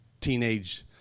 teenage